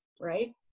right